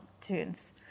tunes